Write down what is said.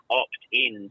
opt-in